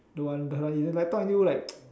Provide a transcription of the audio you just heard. don't want don't want you like talk until like